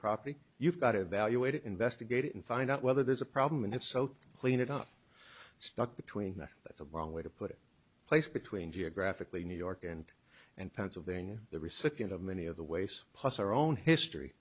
property you've got evaluate it investigate it and find out whether there's a problem and if so clean it up stuck between a long way to put place between geographically new york and and pennsylvania the recipient of many of the ways plus our own history